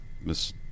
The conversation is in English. Miss